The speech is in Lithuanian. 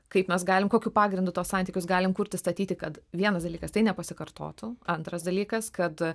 kaip mes galim kokiu pagrindu tuos santykius galim kurti statyti kad vienas dalykas tai nepasikartotų antras dalykas kad